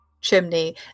chimney